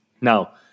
Now